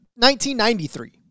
1993